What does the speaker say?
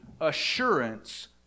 assurance